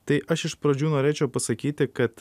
tai aš iš pradžių norėčiau pasakyti kad